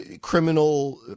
criminal